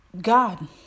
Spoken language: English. God